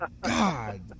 God